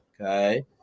okay